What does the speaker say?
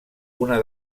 una